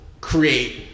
create